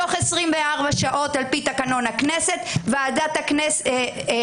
בתוך 24 שעות על פי תקנון הכנסת ועדת הכנסת